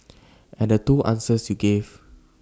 and the two answers you gave